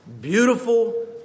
beautiful